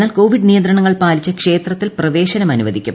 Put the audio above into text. എന്നാൽ കോവിഡ് നിയന്ത്രണങ്ങൾ പാലിച്ച് ക്ഷേത്രത്തിൽ പ്രവേശനം അനുവദിക്കും